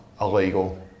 illegal